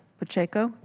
pacheco.